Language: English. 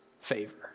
favor